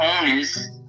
owners